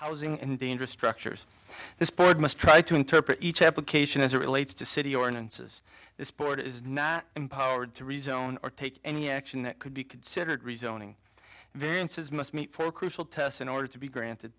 housing and the infrastructures this port must try to interpret each application as it relates to city ordinances the sport is not empowered to rezone or take any action that could be considered rezoning variances must meet for crucial tests in order to be granted